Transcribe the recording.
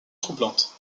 troublante